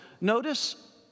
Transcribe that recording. Notice